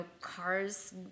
cars